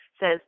says